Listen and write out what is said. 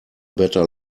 better